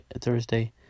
Thursday